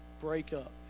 breakup